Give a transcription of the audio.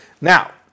Now